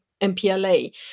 MPLA